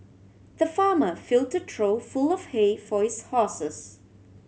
the farmer filled a trough full of hay for his horses